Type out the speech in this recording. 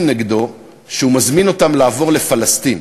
נגדו שהוא מזמין אותם לעבור לפלסטין.